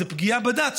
זו פגיעה בדת,